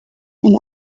and